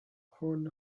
horn